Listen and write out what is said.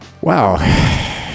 wow